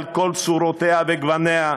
על כל צורותיה וגווניה,